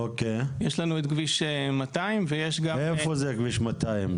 יש לנו את כביש 200 ויש גם --- איפה זה כביש 200?